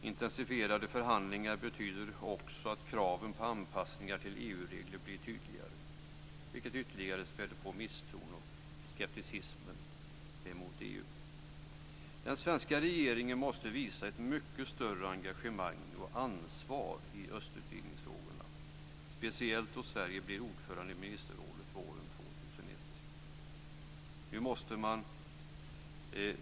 Intensifierade förhandlingar betyder också att kraven på anpassningar till EU-regler blir tydligare, vilket ytterligare späder på misstron och skepticismen mot Den svenska regeringen måste visa ett mycket större engagemang och ansvar i östutvidgningsfrågorna, speciellt då Sverige blir ordförande i ministerrådet våren 2001.